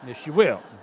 yes, you will.